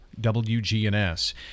WGNS